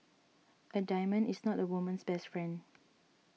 a diamond is not a woman's best friend